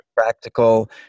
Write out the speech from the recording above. practical